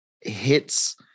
hits